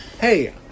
Hey